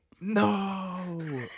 No